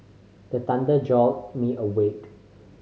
the thunder jolt me awake